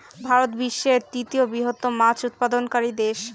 ভারত বিশ্বের তৃতীয় বৃহত্তম মাছ উৎপাদনকারী দেশ